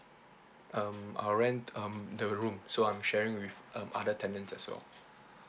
um I'll rent um the room so I'm sharing with um other tenants as well